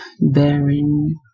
bearing